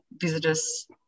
visitors